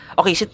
okay